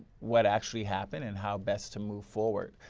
what actually happened and how best to move forward.